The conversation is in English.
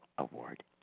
Award